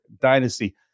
dynasty